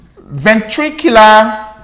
ventricular